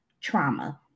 trauma